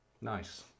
nice